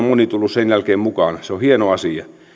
sen jälkeen mukaan se on hieno asia